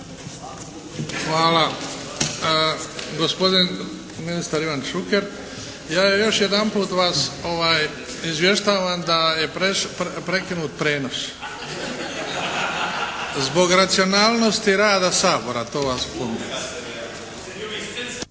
Hvala. Gospodin ministar Ivan Šuker. Ja još jedanput vas izvještavam da je prekinut prijenos zbog racionalnosti rada Sabora.